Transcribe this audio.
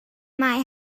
mae